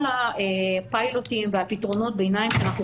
כל הפיילוטים ופתרונות הביניים שאנחנו